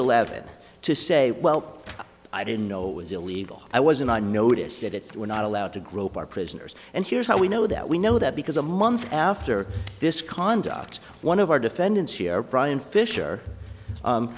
eleven to say well i didn't know it was illegal i wasn't on notice that it we're not allowed to grope our prisoners and here's how we know that we know that because a month after this conduct one of our defendants here brian fisher